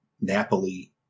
Napoli